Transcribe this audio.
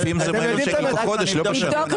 רופאים זה 100,000 שקל בחודש, לא בשנה.